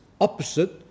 opposite